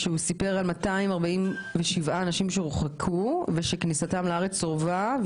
הוא סיפר על 247 אנשים שהורחקו ושכניסתם לארץ סורבה.